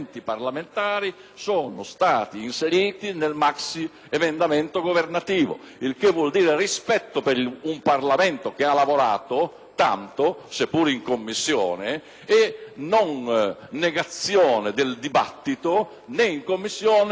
maxiemendamento governativo. Il che vuol dire rispetto per un Parlamento che ha lavorato tanto, seppur in Commissione, e non negazione del dibattito, né in Commissione, né in Aula, perché anche in Aula abbiamo ascoltato, sia in discussione generale che nella discussione